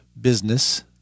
business